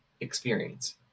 experience